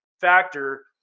factor